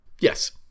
Yes